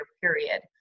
period